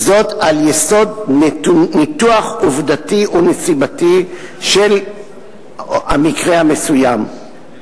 וזאת על יסוד ניתוח עובדתי ונסיבתי של המקרה המסוים.